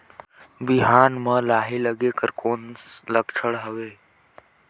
बिहान म लाही लगेक कर कौन लक्षण हवे?